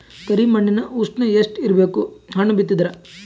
ಕರಿ ಮಣ್ಣಿನ ಉಷ್ಣ ಎಷ್ಟ ಇರಬೇಕು ಹಣ್ಣು ಬಿತ್ತಿದರ?